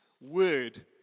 word